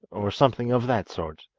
or something of that sort,